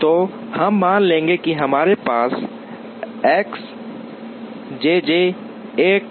तो अब हम मान लेंगे कि हमारे पास X jj 1